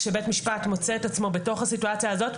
כשבית משפט מוצא את עצמו בתוך הסיטואציה הזאת,